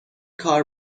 کار